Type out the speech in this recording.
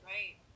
Right